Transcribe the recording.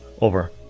over